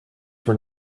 were